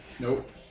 Nope